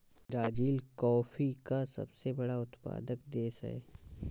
Brazil coffee का सबसे बड़ा उत्पादक देश है